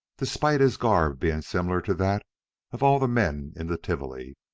despite his garb being similar to that of all the men in the tivoli